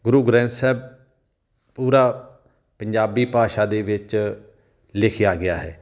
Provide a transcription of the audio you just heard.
ਗੁਰੂ ਗ੍ਰੰਥ ਸਾਹਿਬ ਪੂਰਾ ਪੰਜਾਬੀ ਭਾਸ਼ਾ ਦੇ ਵਿੱਚ ਲਿਖਿਆ ਗਿਆ ਹੈ